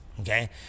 Okay